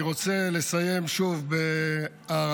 אני רוצה לסיים שוב בהערכה